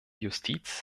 justiz